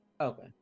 Okay